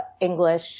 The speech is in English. English